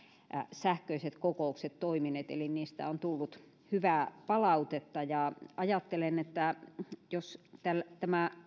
sähköiset kokoukset toimineet eli niistä on tullut hyvää palautetta ja ajattelen että jos tämä